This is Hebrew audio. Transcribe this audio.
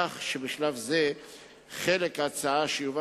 כך שבשלב זה לא ייכלל בחלק ההצעה שיובא